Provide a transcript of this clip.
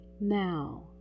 Now